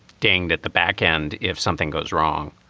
dang, at the back end, if something goes wrong